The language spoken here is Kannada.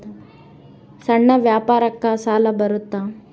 ಸಣ್ಣ ವ್ಯಾಪಾರಕ್ಕ ಸಾಲ ಬರುತ್ತಾ?